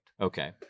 Okay